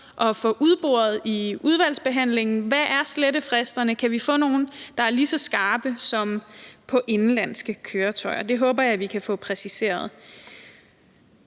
at få udboret i udvalgsbehandlingen. Hvad er slettefristerne? Og kan vi få nogle, der er lige så skarpe som dem, der er for indenlandske køretøjer? Det håber jeg at vi kan få præciseret.